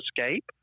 escape